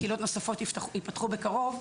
קהילות נוספות ייפתחו בקרוב,